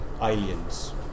aliens